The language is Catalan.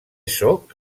sóc